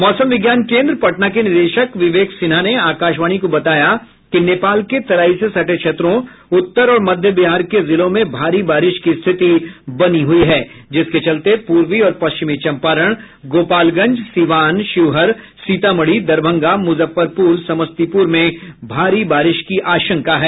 मौसम विज्ञान केन्द्र पटना के निदेशक विवेक सिन्हा ने आकाशवाणी को बताया कि नेपाल के तराई से सटे क्षेत्रों उत्तर और मध्य बिहार के जिलों में भारी बारिश की स्थिति बनी हुई है जिसके चलते पूर्वी और पश्चिमी चंपारण गोपालगंज सीवान शिवहर सीतामढ़ी दरभंगा मुजफ्फरपुर समस्तीपुर में भारी बारिश की आशंका है